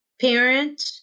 parent